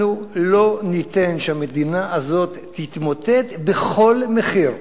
אנחנו לא ניתן שהמדינה הזו תתמוטט, בכל מחיר.